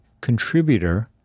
contributor